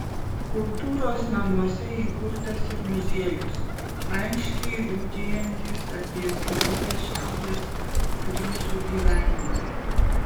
kultūros namuose įkurtas ir muziejus aiškiai liudijantis apie senovės šiaurės fryzų gyvenimą